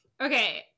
Okay